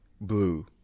blue